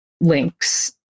links